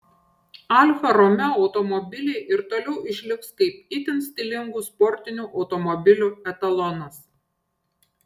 alfa romeo automobiliai ir toliau išliks kaip itin stilingų sportinių automobilių etalonas